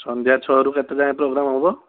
ସନ୍ଧ୍ୟା ଛଅରୁ କେତେ ଯାଏଁ ପ୍ରୋଗ୍ରାମ୍ ହେବ